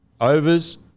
overs